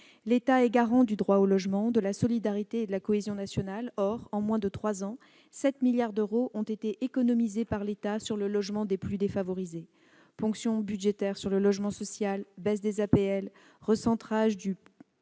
L'État est garant du droit au logement, de la solidarité et de la cohésion nationale. Or, en moins de trois ans, 7 milliards d'euros ont été économisés par l'État sur le logement des plus défavorisés : ponction budgétaire sur le logement social, baisses des APL, recentrage du